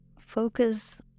Focus